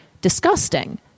disgusting